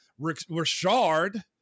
Rashard